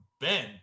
Ben